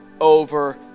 over